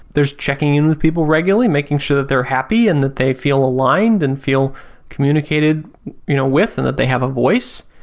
there is checking in with people regularly making sure that they're happy and that they feel aligned and feel communicated you know with and that they have a voice.